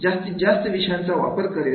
जास्तीत जास्त विषयांचा वापर करेल